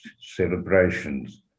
celebrations